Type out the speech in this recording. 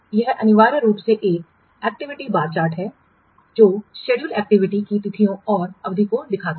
यह अनिवार्य रूप से एक एक्टिविटी बार चार्ट है जो जो शेड्यूल एक्टिविटी की तिथियों और अवधि को दिखाता है